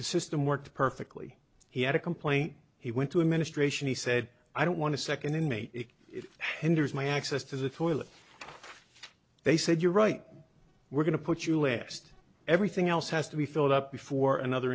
the system worked perfectly he had a complaint he went to administration he said i don't want to second inmate hender is my access to the toilet they said you're right we're going to put your list everything else has to be filled up before another